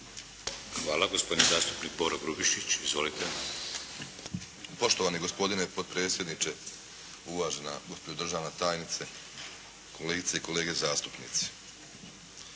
Hvala. Gospodin zastupnik Boro Grubišić. Izvolite. **Grubišić, Boro (HDSSB)** Poštovani gospodine potpredsjedniče, uvažena gospođo državna tajnice, kolegice i kolege zastupnici.